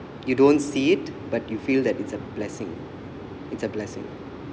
you don't see it but you feel that it's a blessing it's a blessing